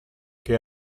che